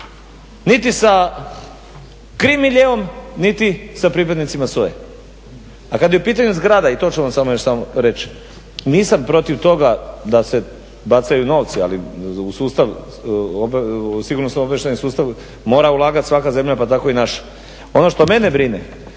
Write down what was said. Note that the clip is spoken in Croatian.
niti sa krim miljeom, niti sa pripadnicima SOA-e, a kad je u pitanju zgrada i to ću vam samo još reći, nisam protiv toga da se bacaju novci, ali u sustav, u sigurnosno-obavještajni sustav mora ulagati svaka zemlja, pa tako i naša. Ono što mene brine,